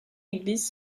église